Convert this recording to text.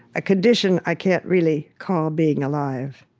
a condition i can't really call being alive.